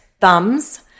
thumbs